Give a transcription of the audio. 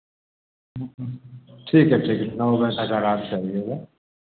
ठीक है ठीक नौ बजे तक आराम से आईएगा